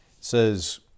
Says